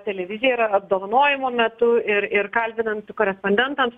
televiziją ir ar apdovanojimų metu ir ir kalbinant korespondentams